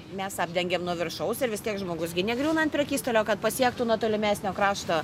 mes apdengėm nuo viršaus ir vis tiek žmogus gi negriūna ant prekystalio kad pasiektų nuo tolimesnio krašto